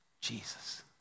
Jesus